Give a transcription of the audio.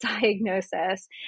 diagnosis